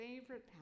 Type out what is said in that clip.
favorite